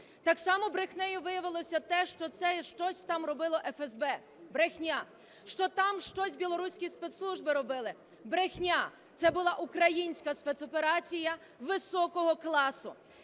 Так само брехнею виявилося те, що це щось там робило ФСБ - брехня. Що там щось білоруські спецслужби робили – брехня. Це була українська спецоперація високого класу.